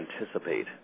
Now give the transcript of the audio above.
anticipate